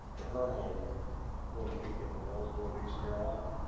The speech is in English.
to her home, one weekend when i was going to snarl out